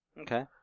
Okay